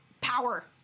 power